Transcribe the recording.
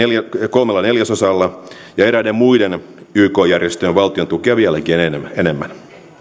kolmella neljäsosalla ja eräiden muiden yk järjestöjen valtiontukea vieläkin enemmän